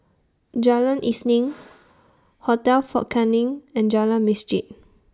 Jalan Isnin Hotel Fort Canning and Jalan Masjid